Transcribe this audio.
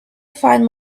find